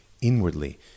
inwardly